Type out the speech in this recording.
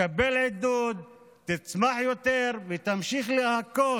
תקבל עידוד, תצמח יותר ותמשיך להכות